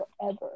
forever